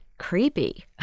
creepy